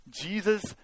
Jesus